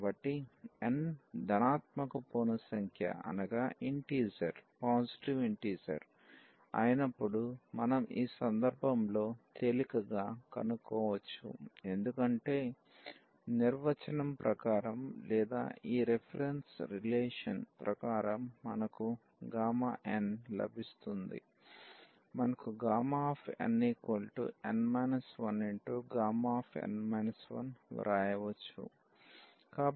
కాబట్టి n ధనాత్మక పూర్ణ సంఖ్య అయినప్పుడు మనం ఈ సందర్భంలో తేలికగా కనుక్కోవచ్చు ఎందుకంటే నిర్వచనం ప్రకారం లేదా ఈ రిఫరెన్స్ రిలేషన్ ప్రకారం మనకు n లభిస్తుంది మనం nΓ వ్రాయవచ్చు